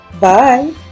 Bye